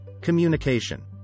Communication